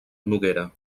noguera